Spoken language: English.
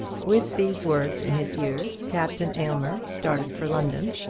with these words in his ears captain aylmer started for london,